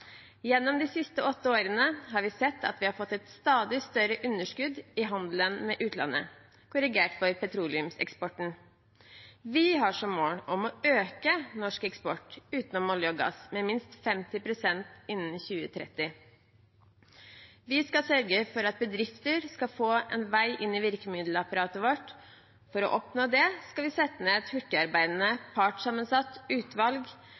Gjennom de siste åtte årene har vi sett at vi har fått et stadig større underskudd i handelen med utlandet, korrigert for petroleumseksporten. Vi har som mål å øke norsk eksport utenom olje og gass med minst 50 pst. innen 2030. Vi skal sørge for at bedrifter skal få en vei inn i virkemiddelapparatet vårt. For å oppnå det skal vi nedsette et hurtigarbeidende, partssammensatt utvalg